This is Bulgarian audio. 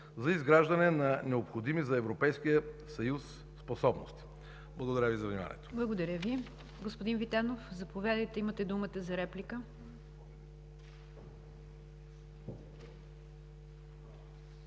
за изграждане на необходими за Европейския съюз способности. Благодаря Ви за вниманието. ПРЕДСЕДАТЕЛ НИГЯР ДЖАФЕР: Благодаря Ви. Господин Витанов, заповядайте, имате думата за реплика.